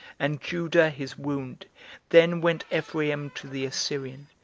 and judah his wound then went ephraim to the assyrian,